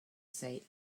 say